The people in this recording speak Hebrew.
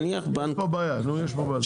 ואז אני אפילו לא יודע לערער על זה.